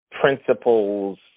principles